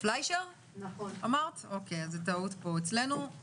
החברה המרכזית יושבת ברוסיה.